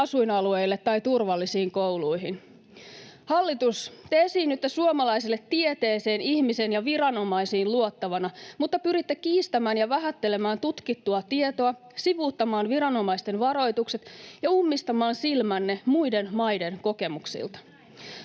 asuinalueille tai turvallisiin kouluihin. Hallitus! Te esiinnytte suomalaisille tieteeseen, ihmiseen ja viranomaisiin luottavana, mutta pyritte kiistämään ja vähättelemään tutkittua tietoa, sivuuttamaan viranomaisten varoitukset ja ummistamaan silmänne muiden maiden kokemuksilta.